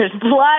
blood